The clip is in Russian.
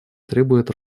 требует